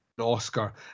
Oscar